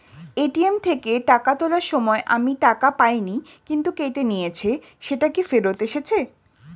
ATM থেকে টাকা তোলার সময় আমি টাকা পাইনি কিন্তু কেটে নিয়েছে সেটা কি ফেরত এসেছে?